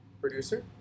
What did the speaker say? Producer